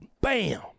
bam